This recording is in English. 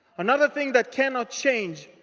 another thing that cannot change.